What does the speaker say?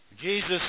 Jesus